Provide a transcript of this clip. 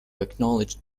acknowledged